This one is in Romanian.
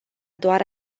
doar